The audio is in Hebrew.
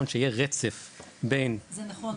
שיהיה רצף בין צוותי משבר ו --- זה נכון,